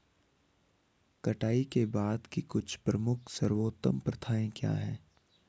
कटाई के बाद की कुछ प्रमुख सर्वोत्तम प्रथाएं क्या हैं?